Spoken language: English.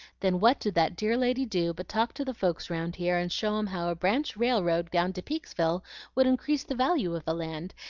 then what did that dear lady do but talk to the folks round here, and show em how a branch railroad down to peeksville would increase the value of the land,